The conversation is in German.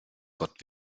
gott